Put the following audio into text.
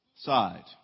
side